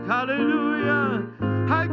Hallelujah